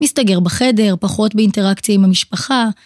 מסתגר בחדר, פחות באינטראקציה עם המשפחה.